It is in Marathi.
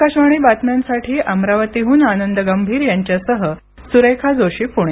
आकाशवाणी बातम्यांसाठी अमरावतीहून आनंद गंभीर यांच्यासह सुरेखा जोशी प्णे